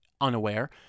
unaware